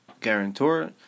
guarantor